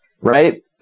right